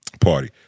party